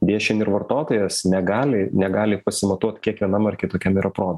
deja šiandien ir vartotojas negali negali pasimatuot kiek vienam ar kitokiam yra pro